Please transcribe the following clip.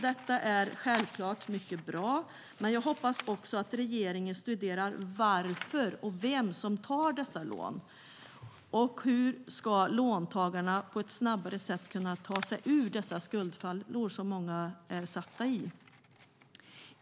Detta är självklart mycket bra, men jag hoppas också att regeringen studerar vem som tar dessa lån och varför samt hur låntagarna ska kunna ta sig ur de skuldfällor de sitter i på ett snabbare sätt.